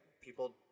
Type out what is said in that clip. people